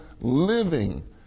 living